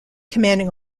commanding